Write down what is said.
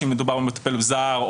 אם מדובר במטפל זר,